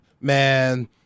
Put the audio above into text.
Man